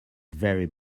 very